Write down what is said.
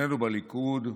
שנינו בליכוד,